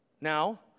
Now